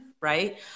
right